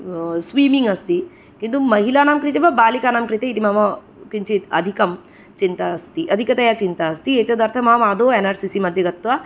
swimming अस्ति किन्तु महिलानां कृते वा बालिकानां कृते इति मम किञ्चिद् अधिकं चिन्ता अस्ति अधिकतया चिन्ता अस्ति एतदर्थम् अहम् आदौ एन् आर् सी सी मध्ये गत्वा